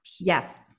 Yes